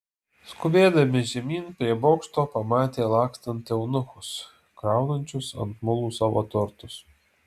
skubėdami žemyn prie bokšto pamatė lakstant eunuchus kraunančius ant mulų savo turtus